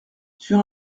sur